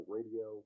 Radio